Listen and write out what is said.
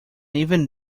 even